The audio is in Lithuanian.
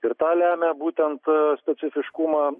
ir tą lemia būtent specifiškumą